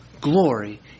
glory